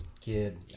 kid